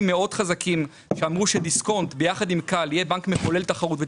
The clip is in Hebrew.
מאוד חזקים שאמרו שדיסקונט ביחד עם כאל יהיה בנק מחולל תחרות,